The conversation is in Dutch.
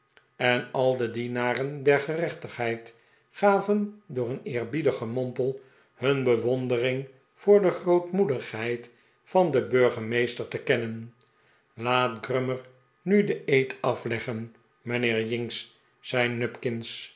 en al de dienaren der gerechtigheid gaven door een eerbiedig gemompel hun bewondering voor de grootmoedigheid van den burgemeester te kennen laat grummer nu den eed afleggen mijnheer jinks zei